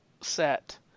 set